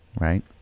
right